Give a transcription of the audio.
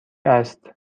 است